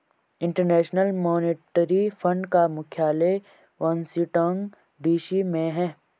international Monetary Fund का मुख्यालय Washington DC में है